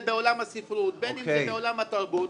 בעולם הספרות ובין אם זה בעולם התרבות,